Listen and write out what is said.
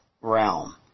realm